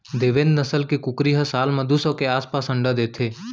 देवेन्द नसल के कुकरी ह साल म दू सौ के आसपास अंडा देथे